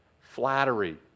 flattery